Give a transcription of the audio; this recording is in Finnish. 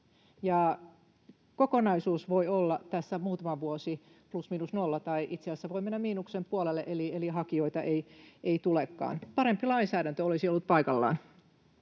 Kokonaisuus voi olla tässä muutaman vuoden plus miinus nolla, tai itse asiassa voi mennä miinuksen puolelle, eli hakijoita ei tulekaan. Parempi lainsäädäntö olisi ollut paikallaan.